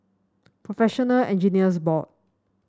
Professional Engineers Board